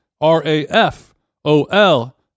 r-a-f-o-l